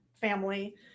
family